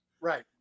Right